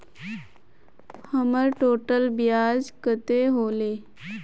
हमर टोटल ब्याज कते होले?